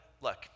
look